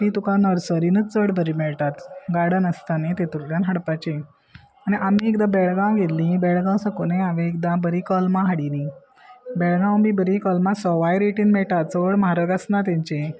ती तुका नर्सरीनच चड बरी मेळटात गार्डन आसता न्ही तेतूंतल्यान हाडपाची आनी आमी एकदां बेळगांव गेल्ली बेळगांव साकूनय हांवें एकदां बरी कलमां हाडिल्ली बेळगांव बी बरी कलमां सवाय रेटीन मेळटा चड म्हारग आसना तेंचे